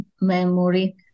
memory